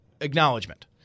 acknowledgement